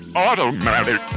automatic